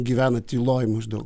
gyvenat tyloj maždaug